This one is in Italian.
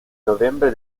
novembre